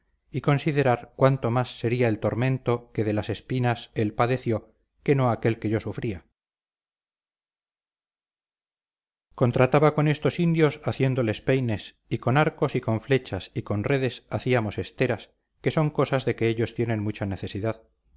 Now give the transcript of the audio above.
y considerar cuánto más sería el tormento que de las espinas él padeció que no aquél que yo sufría contrataba con estos indios haciéndoles peines y con arcos y con flechas y con redes hacíamos esteras que son cosas de que ellos tienen mucha necesidad